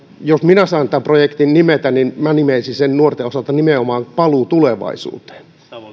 jos minä saan tämän projektin nimetä niin nimeäisin sen nuorten osalta nimenomaan paluu tulevaisuuteen